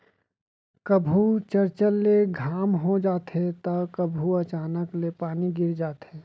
कभू चरचर ले घाम हो जाथे त कभू अचानक ले पानी गिर जाथे